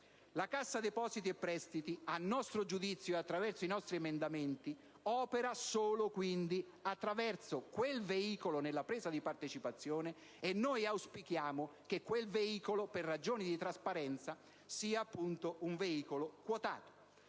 La Cassa depositi e prestiti, a nostro giudizio e attraverso i nostri emendamenti, opera dunque solo attraverso quel veicolo nella presa di partecipazione, e noi auspichiamo che quel veicolo, per ragioni di trasparenza, sia appunto un veicolo quotato.